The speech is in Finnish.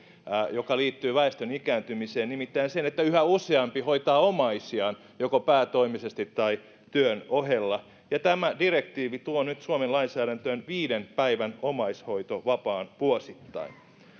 joka liittyy väestön ikääntymiseen nimittäin sen että yhä useampi hoitaa omaisiaan joko päätoimisesti tai työn ohella tämä direktiivi tuo nyt suomen lainsäädäntöön viiden päivän omaishoitovapaan vuosittain